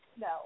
No